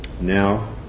now